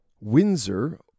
Windsor